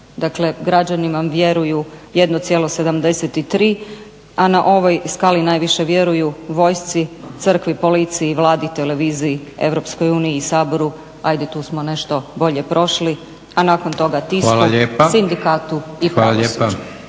Dakle, građani vam vjeruju 1,73 a na ovoj skali najviše vjeruju vojsci, crkvi, policiji, Vladi, televiziji, Europskoj uniji i Saboru. Hajde tu smo nešto bolje prošli, a nakon toga tisku, sindikatu i pravosuđu.